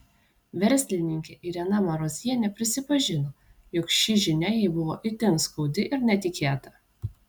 verslininkė irena marozienė prisipažino jog ši žinia jai buvo itin skaudi ir netikėta